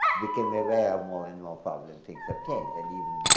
we come aware of more and more problem things obtained and even.